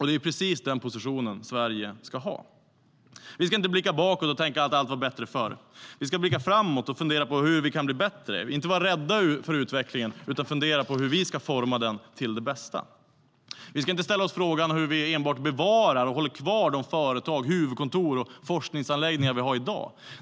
Det är precis den positionen Sverige ska ha. Vi ska inte ställa oss frågan hur vi enbart bevarar och håller kvar de företag, huvudkontor och forskningsanläggningar vi har i dag.